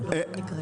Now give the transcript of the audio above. גל,